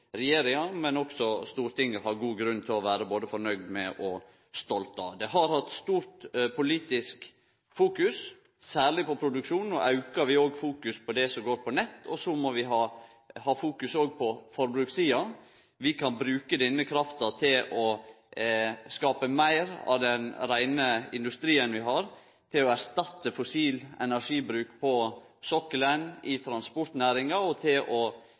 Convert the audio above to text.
regjeringa, men også Stortinget har god grunn til å vere både fornøgde med og stolte av. Dette har ein hatt stort politisk fokus på, særleg på produksjonen. No aukar vi òg fokuseringa på det som går på nett, og vi må òg fokusere på forbrukssida. Vi kan bruke denne krafta til å skape meir av den reine industrien vi har til å erstatte fossil energibruk på sokkelen, i transportnæringa og til å